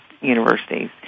universities